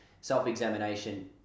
Self-examination